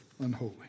unholy